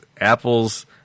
apples